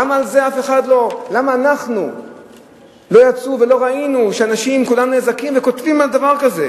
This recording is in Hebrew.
למה לא יצאנו ולא ראינו שאנשים כולם נזעקים וכותבים על דבר כזה?